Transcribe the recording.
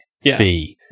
fee